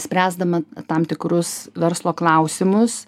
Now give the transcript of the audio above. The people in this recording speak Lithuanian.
spręsdama tam tikrus verslo klausimus